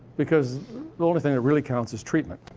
because the only thing that really counts is treatment.